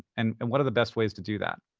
and and what are the best ways to do that?